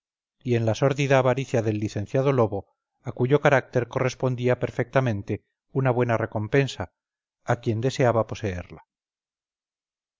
y en la sórdida avaricia del licenciado lobo a cuyo carácter correspondía perfectamente una buena recompensa a quien deseaba poseerla